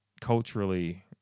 culturally